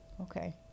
Okay